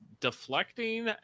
deflecting